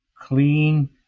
clean